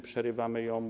Przerywamy ją.